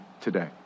today